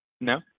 No